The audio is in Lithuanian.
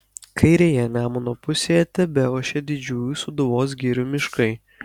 kairėje nemuno pusėje tebeošė didžiųjų sūduvos girių miškai